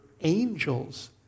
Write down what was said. angel's